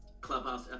clubhouse